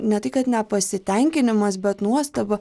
ne tai kad nepasitenkinimas bet nuostaba